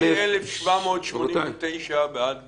אנחנו מ-1789 בעד גיליוטינה.